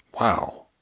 Wow